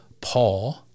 Paul